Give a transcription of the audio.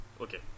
Okay